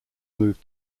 moved